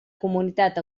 comunitat